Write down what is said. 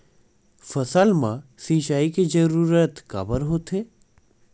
फसल मा सिंचाई के जरूरत काबर होथे?